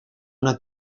una